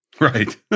Right